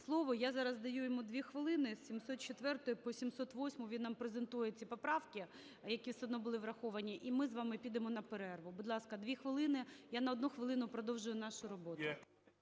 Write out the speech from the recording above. слово. Я зараз даю йому 2 хвилини. З 704-ї по 708-у він нам презентує ці поправки, які все одно були враховані, і ми з вами підемо на перерву. Будь ласка, 2 хвилини. Я на 1 хвилину продовжую нашу роботу.